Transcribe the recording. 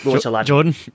Jordan